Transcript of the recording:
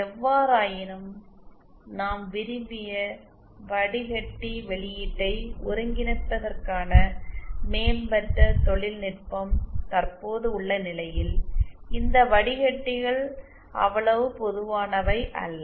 எவ்வாறாயினும் நாம் விரும்பிய வடிகட்டி வெளியீட்டை ஒருங்கிணைப்பதற்கான மேம்பட்ட தொழில்நுட்பம் தற்போது உள்ள நிலையில் இந்த வடிகட்டிகள் அவ்வளவு பொதுவானவை அல்ல